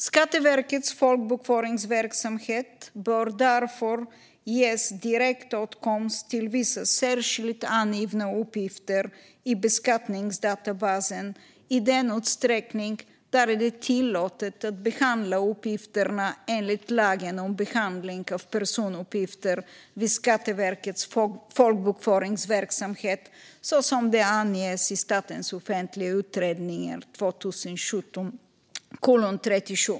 Skatteverkets folkbokföringsverksamhet bör därför ges direktåtkomst till vissa särskilt angivna uppgifter i beskattningsdatabasen i den utsträckning det är tillåtet att behandla uppgifterna enligt lagen om behandling av personuppgifter vid Skatteverkets folkbokföringsverksamhet så som det anges i SOU 2017:37.